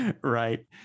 right